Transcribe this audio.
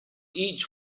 each